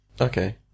Okay